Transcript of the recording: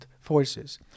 forces